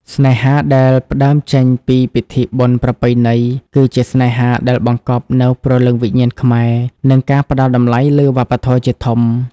ស្នេហាដែលផ្ដើមចេញពីពិធីបុណ្យប្រពៃណី គឺជាស្នេហាដែលបង្កប់នូវ "ព្រលឹងវិញ្ញាណខ្មែរ" និងការផ្ដល់តម្លៃលើវប្បធម៌ជាធំ។